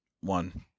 one